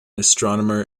astronomer